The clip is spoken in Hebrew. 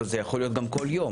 אבל זה יכול להיות גם כל יום.